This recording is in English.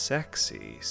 Sexy